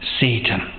Satan